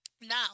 Now